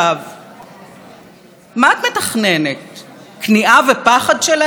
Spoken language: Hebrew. כניעה ופחד שלהם שיכתיבו את פסקי הדין כדי לרצות את המשטר?